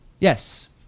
Yes